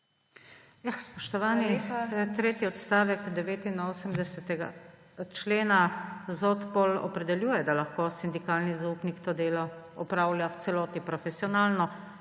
Spoštovani, tretji odstavek 89. člena ZODPol opredeljuje, da lahko sindikalni zaupnik to delo opravlja v celoti profesionalno,